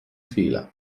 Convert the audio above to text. fila